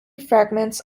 fragments